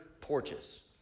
porches